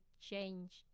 change